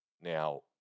Now